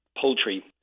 poultry